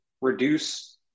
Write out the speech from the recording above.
reduce